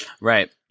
Right